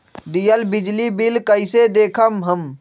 दियल बिजली बिल कइसे देखम हम?